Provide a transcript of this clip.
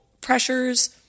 pressures